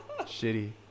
Shitty